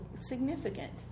significant